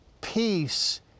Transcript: peace